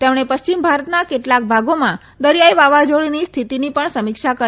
તેમણે પશ્ચિમ ભારતના કેટલાક ભાગોમાં દરીયાઇ વાવાઝોડાની સ્થિતિની પણ સમીક્ષા કરી